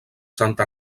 santa